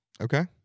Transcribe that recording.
Okay